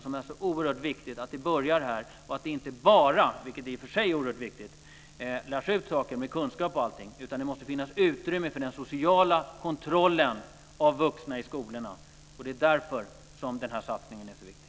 Det är oerhört viktigt att vi börjar här och att det inte bara - vilket i och för sig är oerhört viktigt - lärs ut kunskaper, utan det måste finnas utrymme för den sociala kontrollen av vuxna i skolorna. Det är därför som denna satsning år så viktig.